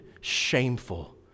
shameful